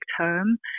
term